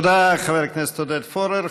תודה לחבר הכנסת עודד פורר.